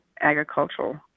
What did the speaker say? agricultural